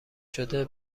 شده